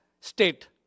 state